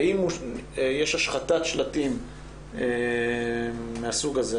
ואם יש השחתת שלטים מהסוג הזה,